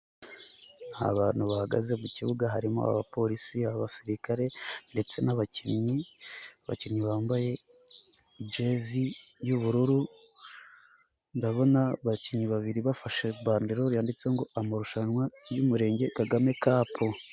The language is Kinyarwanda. Abantu bahagaze ku kibuga harimo: Abapolisi, Abasirikare ndetse n'abakinnyi, abakinnyi bambaye jezi y'ubururu. Ndabona abakinnyi babiri bafashe bandelore yanditseho ngo amarushanwa y'Umurenge Kagame kapu.